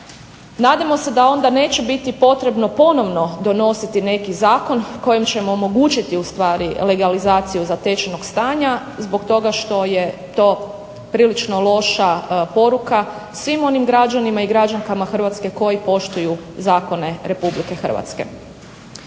Nadamo se da onda neće biti potrebno ponovno donositi neki zakon kojim ćemo omogućiti u stvari legalizaciju zatečenog stanja zbog toga što je to prilično loša poruka svim onim građanima i građankama Hrvatske koji poštuju zakone Republike Hrvatske.